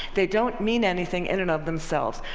they don't mean anything in and of themselves.